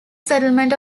settlement